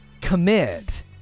commit